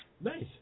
Nice